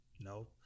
No